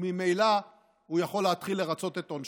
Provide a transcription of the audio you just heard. וממילא הוא יכול להתחיל לרצות את עונשו.